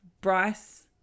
Bryce